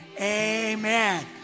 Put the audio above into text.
amen